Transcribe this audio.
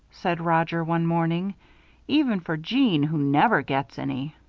said roger, one morning even for jeanne who never gets any.